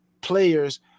players